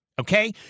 okay